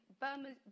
Burma